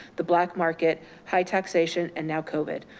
the black market, high taxation and now covid,